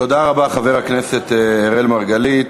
תודה רבה, חבר הכנסת אראל מרגלית.